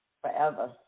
Forever